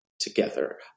together